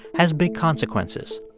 has big consequences.